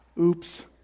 Oops